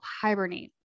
hibernate